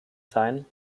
sein